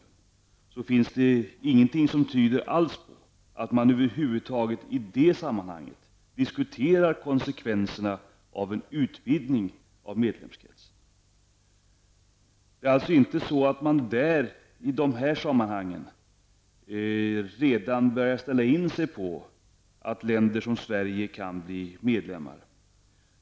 Det finns ingenting som tyder på att man i denna över huvud taget diskuterar konsekvenserna av en utvidgning av medlemskretsen. Man har tydligen inte börja ställa sig in på att länder som Sverige kan bli medlemmar.